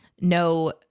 No